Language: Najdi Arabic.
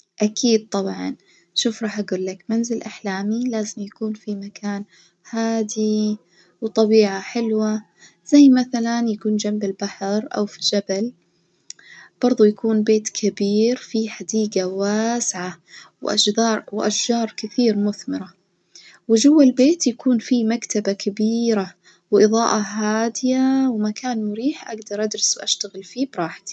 أكيد طبعًا شوف راح أجولك، منزل أحلامي لازم يكون في مكان هادي وطبيعة حلوة زي مثلًا يكون جنب البحر أو في جبل، بردو يكون بيت كبير فيه حديجة واسعة وأشجار كثير مثمرة وجوة البيت يكون فيه مكتبة كبيرة وإظاءة هادية ومكان مريح أجدر أجلس وأشتغل فيه براحتي.